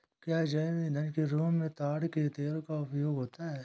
क्या जैव ईंधन के रूप में ताड़ के तेल का उपयोग होता है?